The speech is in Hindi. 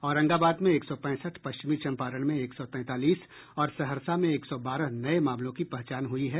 औरंगाबाद में एक सौ पैंसठ पश्चिमी चंपारण में एक सौ तैंतालीस और सहरसा में एक सौ बारह नये मामलों की पहचान हुई है